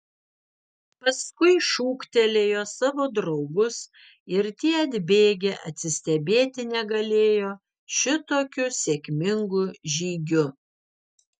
paskui šūktelėjo savo draugus ir tie atbėgę atsistebėti negalėjo šitokiu sėkmingu žygiu